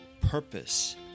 purpose